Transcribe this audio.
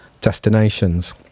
destinations